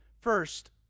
First